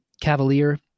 cavalier